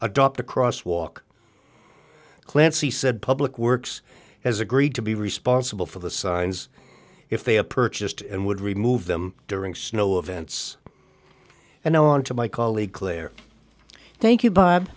adopt a cross walk clancy said public works as agreed to be responsible for the signs if they have purchased and would remove them during snow events and on to my colleague claire thank you bob